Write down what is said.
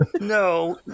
no